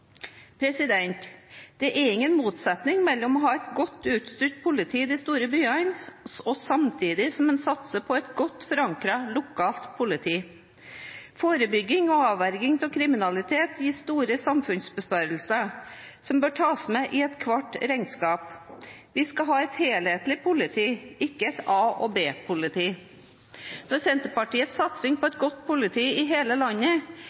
Det er ingen motsetning mellom å ha et godt utstyrt politi i de store byene og samtidig satse på et godt forankret lokalt politi. Forebygging og avverging av kriminalitet gir store samfunnsbesparelser, som bør tas med i ethvert regnskap. Vi skal ha et helhetlig politi, ikke et A- og B-politi. Når Senterpartiets satsing på et godt politi i hele landet